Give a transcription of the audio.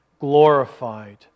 glorified